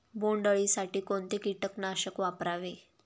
बोंडअळी साठी कोणते किटकनाशक वापरावे?